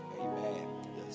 Amen